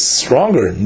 stronger